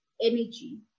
energy